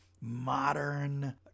modern